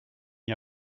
n’y